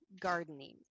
gardening